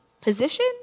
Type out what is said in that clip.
position